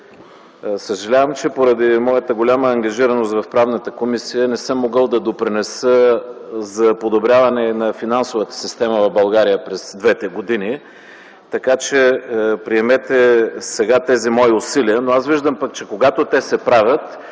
съжалявам, че поради моята голяма ангажираност в Правната комисия не съм могъл да допринеса за подобряване на финансовата система в България през двете години. Приемете сега тези мои усилия. Виждам обаче, че когато те се правят,